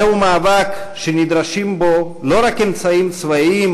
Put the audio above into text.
זהו מאבק שנדרשים בו לא רק אמצעים צבאיים,